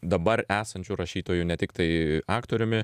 dabar esančiu rašytoju ne tiktai aktoriumi